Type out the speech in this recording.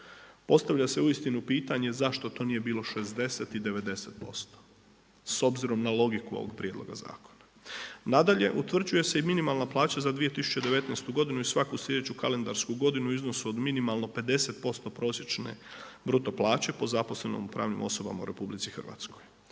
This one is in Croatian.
Postavlja se uistinu pitanje zašto to nije bilo 60 i 90% s obzirom na logiku ovog prijedloga zakona. Nadalje, utvrđuje se i minimalna plaća za 2019. godinu i svaku sljedeću kalendarsku godinu u iznosu od minimalno 50% prosječne bruto plaće po zaposlenom u pravnim osobama u RH.